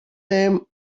them